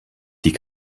die